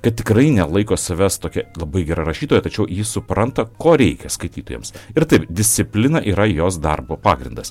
tad tikrai nelaiko savęs tokia labai gera rašytoja tačiau ji supranta ko reikia skaitytojams ir taip disciplina yra jos darbo pagrindas